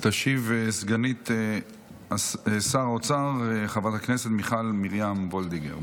תשיב סגנית שר האוצר חברת הכנסת מיכל מרים וולדיגר.